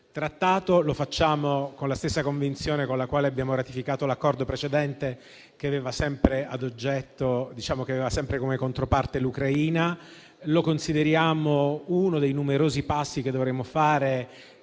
Accordo. Lo facciamo con la stessa convinzione con la quale abbiamo ratificato quello precedente, che aveva sempre come controparte l'Ucraina. Lo consideriamo, infatti, uno dei numerosi passi che dovremmo